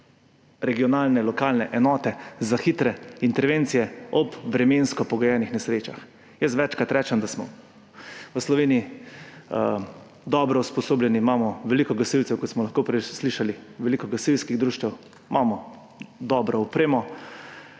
regionalne, lokalne enote za hitre intervencije ob vremensko pogojenih nesrečah. Jaz večkrat rečem, da smo v Sloveniji dobro usposobljeni. Imamo veliko gasilcev, kot smo lahko prej slišali, veliko gasilskih društev, imamo dobro opremo.